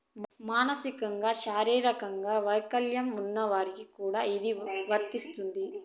మానసికంగా శారీరకంగా వైకల్యం ఉన్న వారికి కూడా ఇది వర్తిస్తుంది